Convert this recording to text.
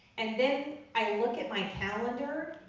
and then i look at my calendar,